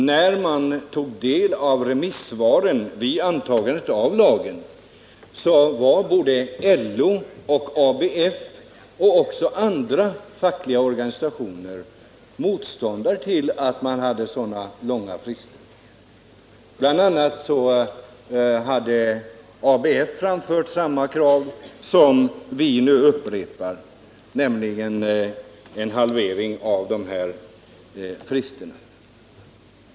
När man tog del av remissvaren i samband med antagandet av lagen var LO, ABF och även andra fackliga organisationer emot att man hade så långa frister. Bl. a. hade ABF framfört samma krav som vi nu upprepar, nämligen en halvering av dessa frister.